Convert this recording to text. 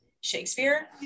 Shakespeare